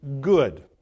good